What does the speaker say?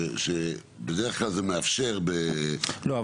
שבדרך כלל זה מאפשר --- לא,